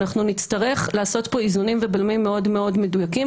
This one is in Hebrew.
אנחנו נצטרך לעשות פה איזונים ובלמים מאוד-מאוד מדויקים,